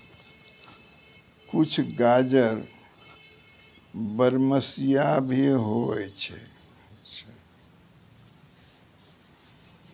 कुछ गाजर बरमसिया भी होय छै